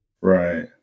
Right